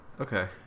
Okay